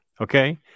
Okay